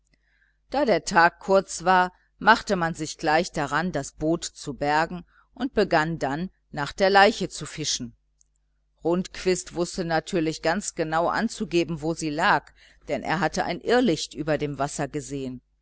da der tag kurz war machte man sich gleich daran das boot zu bergen und begann dann nach der leiche zu fischen rundquist wußte natürlich ganz genau anzugeben wo sie lag denn er hatte ein irrlicht über dem wasser gesehen